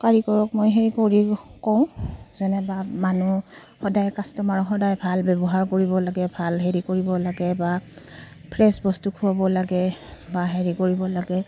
কাৰিকৰক মই সেই কৰি কওঁ যেনিবা মানুহ সদায় কাষ্টমাৰক সদায় ভাল ব্যৱহাৰ কৰিব লাগে ভাল হেৰি কৰিব লাগে বা ফ্ৰেছ বস্তু খোৱাব লাগে বা হেৰি কৰিব লাগে